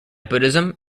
buddhism